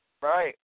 Right